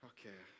Okay